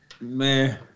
Man